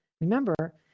Remember